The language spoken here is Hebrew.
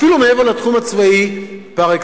אפילו מעבר לתחום הצבאי פר-אקסלנס.